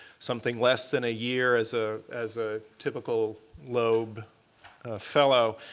something less than a year as ah as a typical loeb fellow.